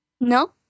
No